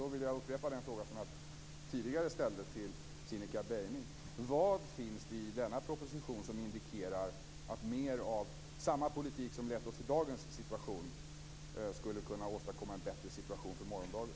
Då vill jag upprepa den fråga som jag tidigare ställde till Cinnika Beiming: Vad finns det i denna proposition som indikerar att mer av samma politik som lett oss in i dagens situation skulle kunna åstadkomma en bättre situation för morgondagen?